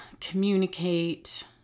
communicate